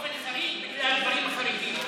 שאני באופן חריג בגלל הדברים החריגים.